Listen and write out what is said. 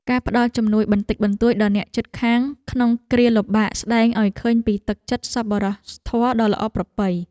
ការផ្ដល់ជំនួយបន្តិចបន្តួចដល់អ្នកជិតខាងក្នុងគ្រាលំបាកស្តែងឱ្យឃើញពីទឹកចិត្តសប្បុរសធម៌ដ៏ល្អប្រពៃ។